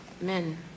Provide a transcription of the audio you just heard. men